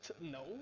no